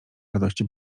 radości